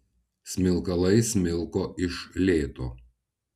smilkalai smilko iš lėto